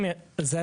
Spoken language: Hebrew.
זו